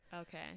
Okay